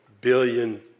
billion